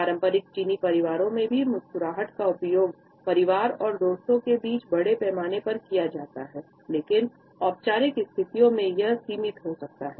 पारंपरिक चीनी परिवारों में भी मुस्कुराहट का उपयोग परिवार और दोस्तों के बीच बड़े पैमाने पर किया जाता है लेकिन औपचारिक स्थितियों में यह सीमित हो सकता है